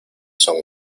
son